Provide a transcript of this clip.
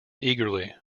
eagerly